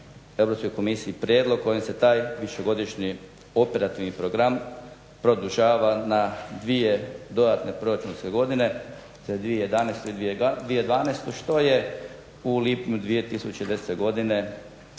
Europskoj komisiji prijedlog kojim se taj višegodišnji operativni program produžava na dvije dodatne proračunske godine za 2011. i 2012. što je u lipnju 2010. godine